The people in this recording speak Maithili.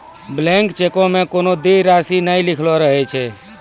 ब्लैंक चेको मे कोनो देय राशि नै लिखलो रहै छै